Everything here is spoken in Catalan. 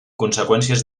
conseqüències